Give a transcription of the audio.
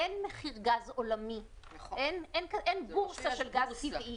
אין מחיר גז עולמי, אין בורסה של גז טבעי.